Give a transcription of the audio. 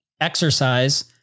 exercise